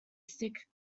stick